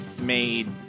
made